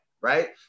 Right